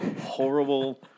horrible